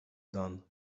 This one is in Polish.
dan